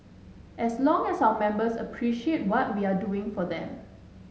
as long as our members appreciate what we are doing for them